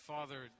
Father